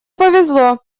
повезло